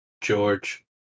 George